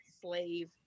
slave